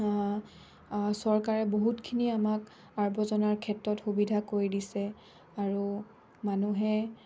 চৰকাৰে বহুতখিনি আমাক আৱৰ্জনাৰ ক্ষেত্ৰত সুবিধা কৰি দিছে আৰু মানুহে